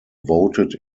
voted